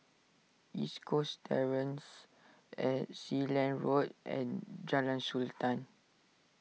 East Coast Terrace Sealand Road and Jalan Sultan